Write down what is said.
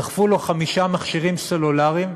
דחפו לו חמישה מכשירים סלולריים.